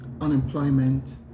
unemployment